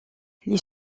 les